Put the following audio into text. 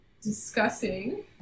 discussing